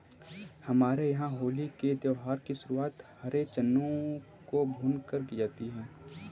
हमारे यहां होली के त्यौहार की शुरुआत हरे चनों को भूनकर की जाती है